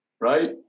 Right